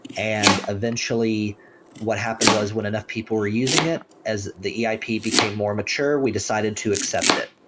and eventually what happened was when enough people were using it, as the eip eip became more mature, we decided to accept it,